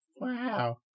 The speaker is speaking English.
Wow